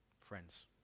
friends